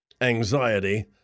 anxiety